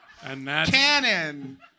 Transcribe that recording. Canon